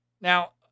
Now